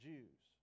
Jews